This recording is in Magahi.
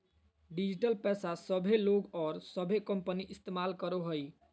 डिजिटल पैसा सभे लोग और सभे कंपनी इस्तमाल करो हइ